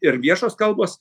ir viešos kalbos